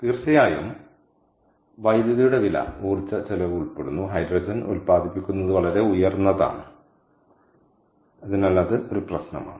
തീർച്ചയായും വൈദ്യുതിയുടെ വില ഊർജ്ജ ചെലവ് ഉൾപ്പെടുന്നു ഹൈഡ്രജൻ ഉൽപ്പാദിപ്പിക്കുന്നത് വളരെ ഉയർന്നതാണ് അതിനാൽ അത് ഒരു പ്രശ്നമാണ്